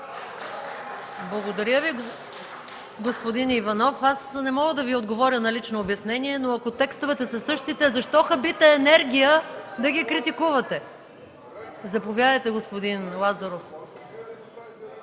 Благодаря Ви, господин Иванов. Не мога да Ви отговоря на лично обяснение, но ако текстовете са същите, защо хабите енергия да ги критикувате? Заповядайте, господин Лазаров.